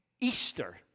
Easter